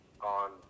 on